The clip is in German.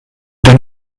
den